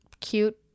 cute